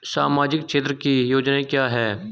सामाजिक क्षेत्र की योजनाएं क्या हैं?